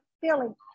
feeling